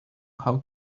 how